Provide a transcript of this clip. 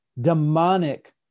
demonic